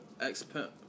ex-pimp